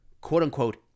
quote-unquote